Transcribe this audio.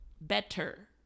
Better